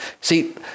See